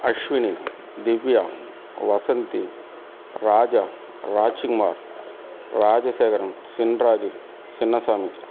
Ashwini Divya Vasanthi Raja Rajkumar Rajasekaran Chinraju Chinnasamy